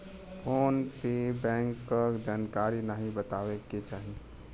phone पे bank क जानकारी नाहीं बतावे के चाही